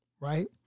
right